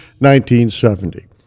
1970